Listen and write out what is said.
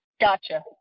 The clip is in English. Gotcha